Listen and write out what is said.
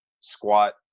squat